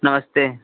नमस्ते